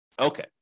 Okay